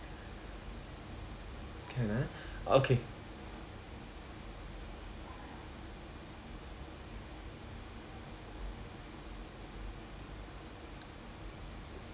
can ah okay